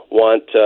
want